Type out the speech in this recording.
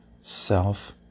self